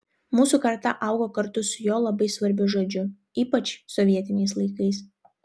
mūsų karta augo kartu su jo labai svarbiu žodžiu ypač sovietiniais laikais